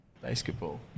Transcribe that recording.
Basketball